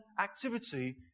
activity